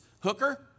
Hooker